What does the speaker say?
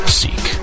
seek